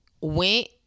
went